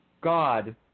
God